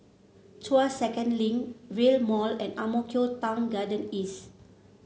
Tuas Second Link Rail Mall and Ang Mo Kio Town Garden East